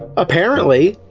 apparently,